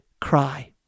cry